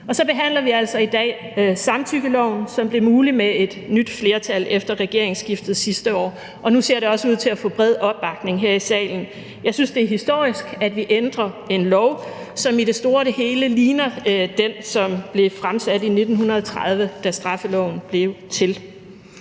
forslaget om en samtykkelov, som blev mulig med et nyt flertal efter regeringsskiftet sidste år, og nu ser det også ud til at få bred opbakning her i salen. Jeg synes, det er historisk, at vi ændrer en lov, som i det store hele ligner den, som blev fremsat i 1930, da straffeloven blev til.